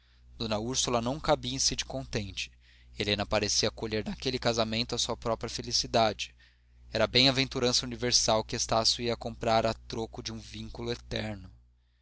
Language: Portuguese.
foi encontrado são e salvo casamento a sua própria felicidade era a bem aventurança universal que estácio ia comprar a troco de um vínculo eterno